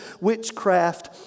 witchcraft